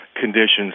conditions